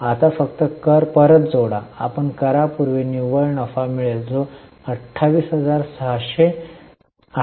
आता फक्त कर परत जोडा आपण करापूर्वी निव्वळ नफा मिळेल जो 286०० आहे